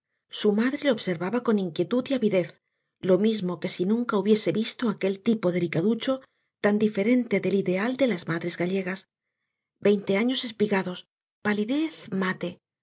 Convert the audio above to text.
su madre le observaba con inquietud y avidez lo mismo que si nunca hubiese visto aquel tipo delicaducho tan diferente del ideal de las madres gallegas veinte años espigados palidez mate